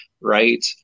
right